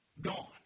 gone